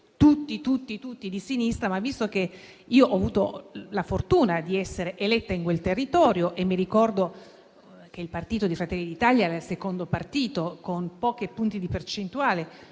diventati tutti di sinistra; ma, visto che ho avuto la fortuna di essere eletta in quel territorio, mi ricordo che il partito di Fratelli d'Italia era il secondo partito, con pochi punti percentuali